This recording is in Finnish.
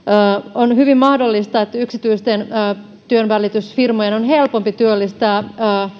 on hyvin mahdollista että yksityisten työnvälitysfirmojen on helpompi työllistää